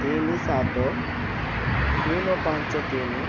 ତିନି ସାତ ଶୂନ ପାଞ୍ଚ ତିନି